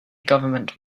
government